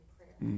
Prayer